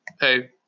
hey